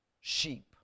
sheep